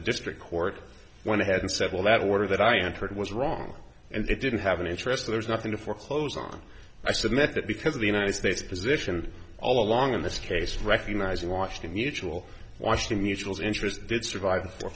the district court went ahead and said well that order that i entered was wrong and they didn't have an interest there's nothing to foreclose on i submit that because of the united states position all along in this case recognizing washington usual washington mutual's interest did survive for